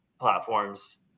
platforms